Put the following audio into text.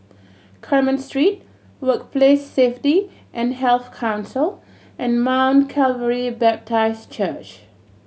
Carmen Street Workplace Safety and Health Council and Mount Calvary Baptist Church